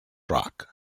track